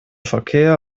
verkehr